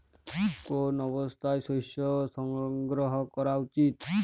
কোন অবস্থায় শস্য সংগ্রহ করা উচিৎ?